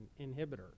Inhibitor